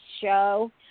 show